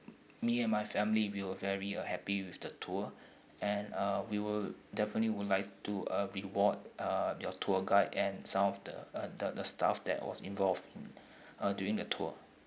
me and my family we were very uh happy with the tour and uh we will definitely would like to uh reward uh your tour guide and some of the uh the the staff that was involved uh during the tour